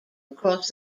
across